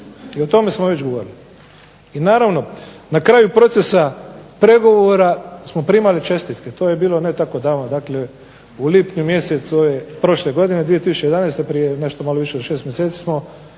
I o tome smo već govorili. I naravno na kraju procesa pregovora smo primali čestitke. To je bilo ne tako davno, dakle u lipnju mjesecu prošle godine 2011. Prije nešto malo više od 6 mjeseci smo